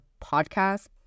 Podcast